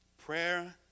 prayer